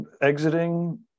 exiting